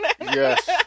Yes